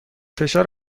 فشار